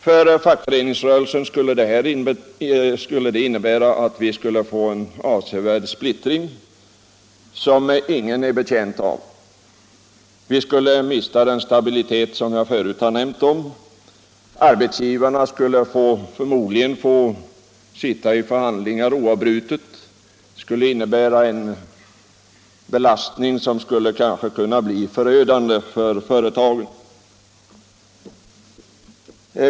För fackföreningsrörelsen skulle detta innebära en avsevärd splittring, som ingen är betjänt av. Vi skulle mista den stabilitet som jag förut har talat om. Arbetsgivarna skulle få sitta i förhandlingar oavbrutet, och det skulle betyda en belastning som skulle kunna bli förödande för företagen.